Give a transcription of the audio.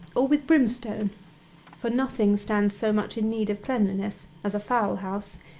or with brimstone for nothing stands so much in need of cleanliness as a fowl-house,